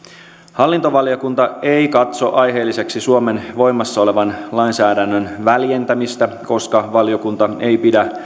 hallintovaliokunta ei katso aiheelliseksi suomen voimassa olevan lainsäädännön väljentämistä koska valiokunta ei pidä